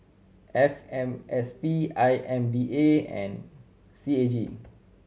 F M S P I M D A and C A G